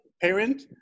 parent